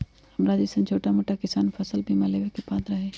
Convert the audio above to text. हमरा जैईसन छोटा मोटा किसान फसल बीमा लेबे के पात्र हई?